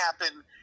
happen